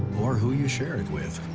or who you share it with,